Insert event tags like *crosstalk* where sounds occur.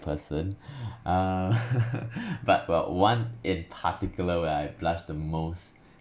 person *breath* uh *laughs* but well one in particular where I blushed the most